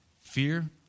fear